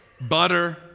butter